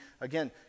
again